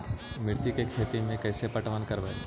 मिर्ची के खेति में कैसे पटवन करवय?